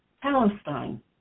Palestine